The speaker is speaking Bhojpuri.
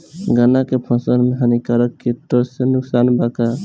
गन्ना के फसल मे हानिकारक किटो से नुकसान बा का?